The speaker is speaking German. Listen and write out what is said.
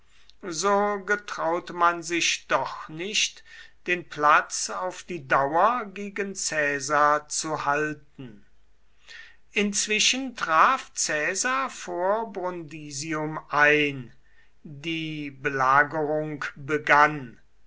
so getraute man sich doch nicht den platz auf die dauer gegen caesar zu halten inzwischen traf caesar vor brundisium ein die belagerung begann